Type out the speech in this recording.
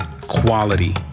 Quality